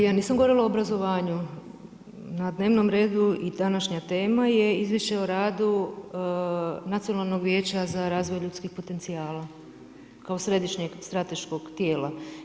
Ja nisam govorila o obrazovanju, na dnevnom redu i današnja tema je Izvješće o radu Nacionalnog vijeća za razvoj ljudskih potencijala kao središnjeg strateškog tijela.